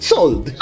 Sold